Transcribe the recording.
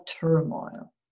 turmoil